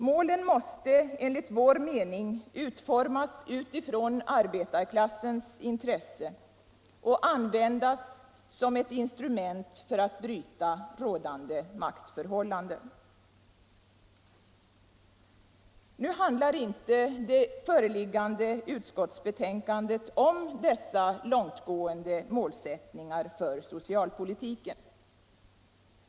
Målen måste enligt vår mening utformas utifrån arbetarklassens intresse och användas som ett instrument för att bryta rådande maktförhållanden. Nu handlar inte det föreliggande utskottsbetänkandet om dessa långtgående målsättningar för socialpolitiken.